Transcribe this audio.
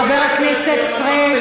חבר הכנסת פריג',